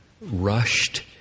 rushed